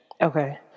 Okay